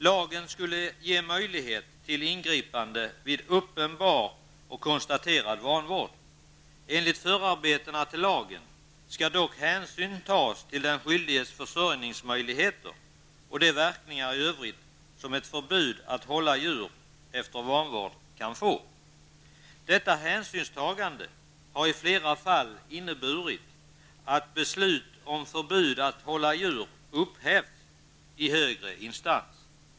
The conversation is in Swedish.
Lagen skulle ge möjlighet till ingripande vid uppenbar och konstaterad vanvård. Enligt förarbetena till lagen skall dock hänsyn tas till den skyldiges försörjningsmöjligheter och de verkningar i övrigt som ett förbud att hålla djur efter vanvård kan få. Detta hänsynstagande har i flera fall inneburit att beslut om förbud att hålla djur upphävts i högre instans.